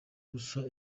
gusa